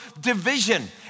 division